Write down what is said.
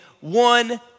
one